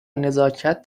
نزاکت